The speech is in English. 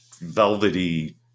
velvety